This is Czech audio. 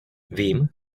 vím